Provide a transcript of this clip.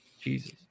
Jesus